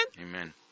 Amen